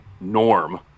norm